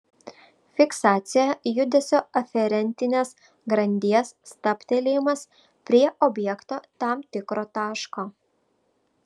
fiksacija judesio aferentinės grandies stabtelėjimas prie objekto tam tikro taško